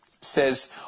says